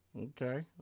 Okay